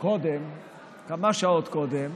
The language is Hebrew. אז קודם כול, אני יזמתי, כמו שאתה יודע,